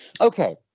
okay